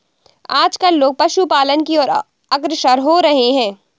आजकल लोग पशुपालन की और अग्रसर हो रहे हैं